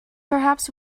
perhaps